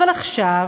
אבל עכשיו,